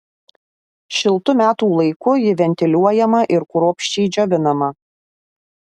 šiltu metų laiku ji ventiliuojama ir kruopščiai džiovinama